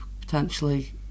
potentially